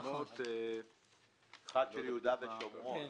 אחת של יהודה ושומרון.